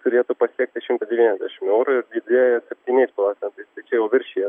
turėtų pasiekti šimtą devyniasdešim eurų ir didėja septyniais procentais tai čia jau viršija